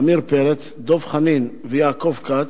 עמיר פרץ, דב חנין ויעקב כץ,